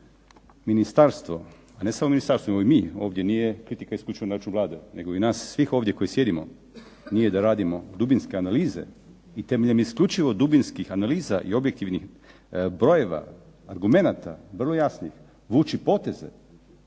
ministarstvo, ne samo ministarstvo nego i mi, ovdje nije kritika isključivo na račun Vlade nego i nas svih ovdje koji sjedimo, nije da radimo dubinske analize i temeljem isključivo dubinskih analiza i objektivnih brojeva, argumenata, vrlo jasnih, vući poteze